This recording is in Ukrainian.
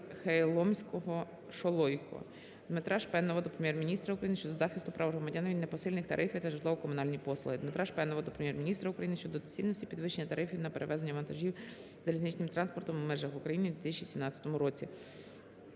Дмитра Шпенова до Прем'єр-міністра України щодо захисту прав громадян від непосильних тарифів за житлово-комунальні послуги. Дмитра Шпенова до Прем'єр-міністра України щодо доцільності підвищення тарифів на перевезення вантажів залізничним транспортом у межах України у 2017 році.